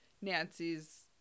Nancy's